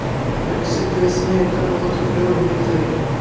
विकसित देश में एकर बहुत उपयोग होइत हई